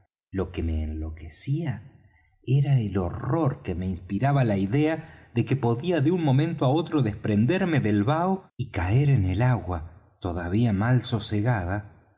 lo que me enloquecía era el horror que me inspiraba la idea de que podía de un momento á otro desprenderme del bao y caer en el agua todavía mal sosegada